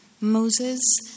Moses